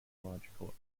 ecological